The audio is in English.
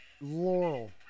Laurel